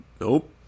nope